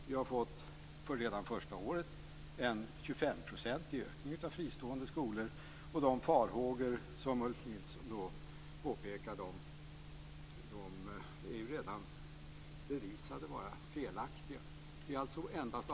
Vi har redan under det första året fått en 25 procentig ökning av antalet fristående skolor, och det är redan bevisat att de farhågor som Ulf Nilsson för fram är felaktiga.